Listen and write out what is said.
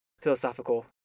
philosophical